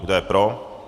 Kdo je pro?